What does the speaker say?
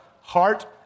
heart